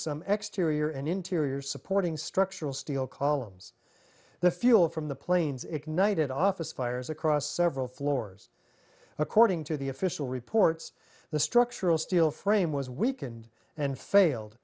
exteriors and interior supporting structural steel columns the fuel from the planes ignited office fires across several floors according to the official reports the structural steel frame was weakened and failed